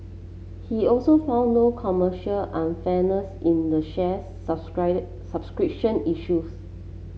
he also found no commercial unfairness in the share subscribed subscription issues